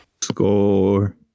score